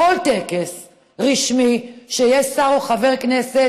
בכל טקס רשמי שיש בו שר או חבר כנסת,